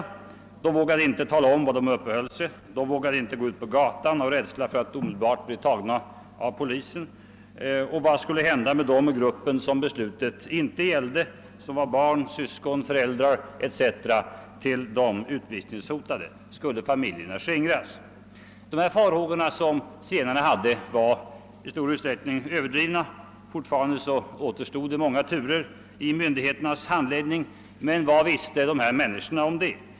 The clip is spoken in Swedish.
De vågade inte tala om var de uppehöll sig, de vågade inte gå ut på gatan av rädsla att omedelbart bli tagna av polisen. Och vad skulle hända med dem i gruppen som beslutet inte gällde, d.v.s. de som var barn, syskon, föräldrar etc. till de utvisningshotade? Skulle familjerna skingras? Dessa zigenarnas farhågor var i stor utsträckning överdrivna. Ännu återstod många turer i myndigheternas handläggning, men vad visste dessa människor om det?